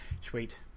sweet